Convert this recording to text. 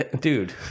Dude